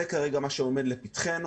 זה כרגע מה שעומד לפתחנו.